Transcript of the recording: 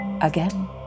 again